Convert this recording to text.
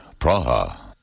Praha